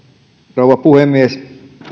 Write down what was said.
rouva puhemies